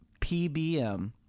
PBM